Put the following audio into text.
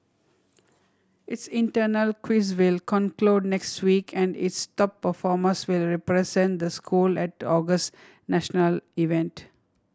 its internal quiz will conclude next week and its top performers will represent the school at August national event